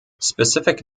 specific